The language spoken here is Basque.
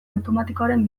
automatikoaren